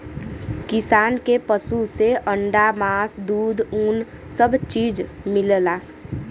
किसान के पसु से अंडा मास दूध उन सब चीज मिलला